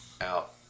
out